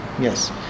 Yes